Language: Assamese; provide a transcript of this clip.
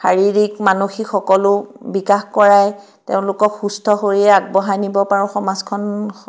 শাৰীৰিক মানসিক সকলো বিকাশ কৰাই তেওঁলোকক সুস্থ শৰীৰে আগবঢ়াই নিব পাৰোঁ সমাজখন